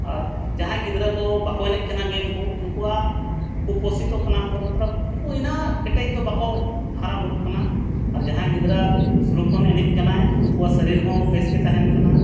ᱟᱨ ᱡᱟᱦᱟᱸᱭ ᱜᱤᱫᱽᱨᱟᱹ ᱠᱚ ᱵᱟᱠᱚ ᱮᱱᱮᱡ ᱠᱟᱱᱟ ᱠᱚ ᱩᱱᱠᱩ ᱟᱠᱚ ᱯᱚᱥᱤᱛᱚᱜ ᱠᱟᱱᱟ ᱠᱚ ᱢᱚᱛᱞᱚᱵᱽ ᱩᱱᱠᱩ ᱩᱱᱟᱹᱜ ᱠᱮᱴᱮᱡ ᱫᱚ ᱵᱟᱠᱚ ᱦᱟᱨᱟᱼᱵᱩᱨᱩᱜ ᱠᱟᱱᱟ ᱟᱨ ᱡᱟᱦᱟᱸᱭ ᱜᱤᱫᱽᱨᱟᱹ ᱥᱩᱨᱩᱠᱷᱚᱱ ᱮᱱᱮᱡ ᱠᱟᱱᱟᱭ ᱩᱱᱠᱩᱣᱟᱜ ᱥᱟᱹᱨᱤᱨ ᱦᱚᱸ ᱵᱮᱥ ᱜᱮ ᱛᱟᱦᱮᱱ ᱠᱟᱱᱟ